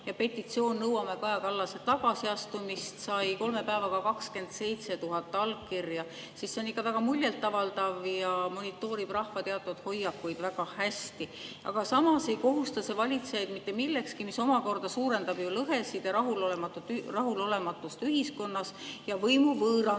ja petitsioon "Nõuame Kaja Kallase tagasiastumist" sai kolme päevaga 27 000 allkirja, siis see on ikka väga muljetavaldav ja monitoorib rahva teatud hoiakuid väga hästi. Aga samas ei kohusta see valitsejaid mitte millekski, mis omakorda suurendab ju lõhesid ja rahulolematust ühiskonnas ja võimu võõrandumist